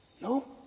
No